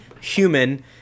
human